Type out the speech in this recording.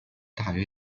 大约